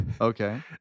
Okay